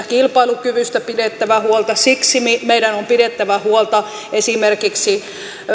kilpailukyvystä pidettävä huolta siksi meidän on pidettävä huolta esimerkiksi